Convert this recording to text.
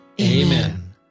Amen